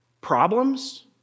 problems